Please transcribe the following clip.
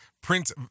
Prince